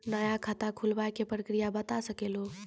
नया खाता खुलवाए के प्रक्रिया बता सके लू?